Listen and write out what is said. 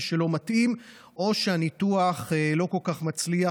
שלא מתאים או שהניתוח לא כל כך מצליח,